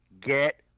Get